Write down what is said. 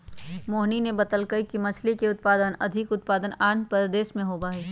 मोहिनी ने बतल कई कि मछ्ली के सबसे अधिक उत्पादन आंध्रप्रदेश में होबा हई